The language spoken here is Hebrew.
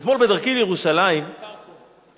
השר פה.